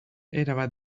erabat